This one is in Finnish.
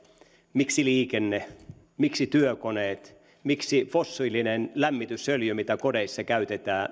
miksi liikenne miksi työkoneet miksi fossiilinen lämmitysöljy mitä kodeissa käytetään